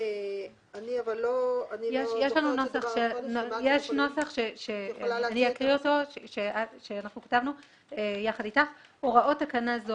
יש לנו נוסח שאני אקריא אותו שכתבנו יחד אתך: "הוראות תקנה זו